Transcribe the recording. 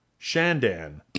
Shandan